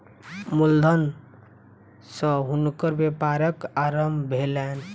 मूल धन सॅ हुनकर व्यापारक आरम्भ भेलैन